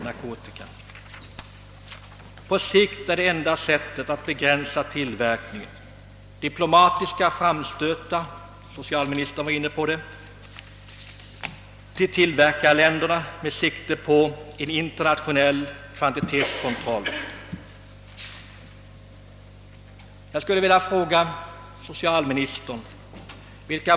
På lång sikt är det enda som hjälper att begränsa tillverkningen, t.ex. genom diplomatiska framstötar — socialministern var inne på den saken hos tillverkarländerna med tanke på en internationell kvantitetskontroll.